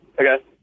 Okay